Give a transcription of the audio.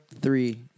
Three